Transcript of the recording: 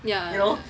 yeah